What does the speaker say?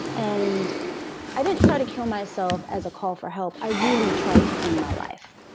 and i didn't try to kill myself as a call for help. i really tried to end my life.